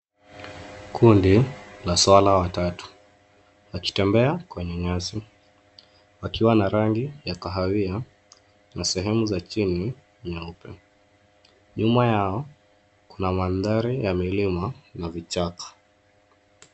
Kundi la swara watatu wakitembea kwenye nyasi wakiwa na rangi ya kahawia na sehemu za chini nyeupe. Nyuma yao, kuna mandhari ya milima na vichaka.